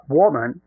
woman